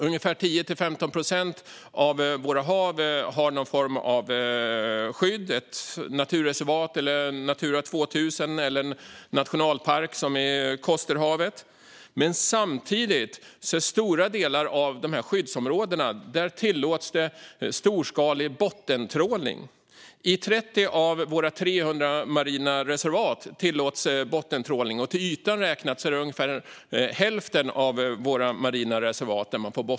Ungefär 10-15 procent av våra hav har någon form av skydd - det kan vara ett naturreservat, ett Natura 2000-område eller en nationalpark som Kosterhavet - men samtidigt tillåts storskalig bottentrålning i stora delar av de här skyddsområdena. I 30 av våra 300 marina reservat tillåts bottentrålning. Till ytan räknat får man bottentråla i ungefär hälften av våra marina reservat.